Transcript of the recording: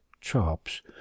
chops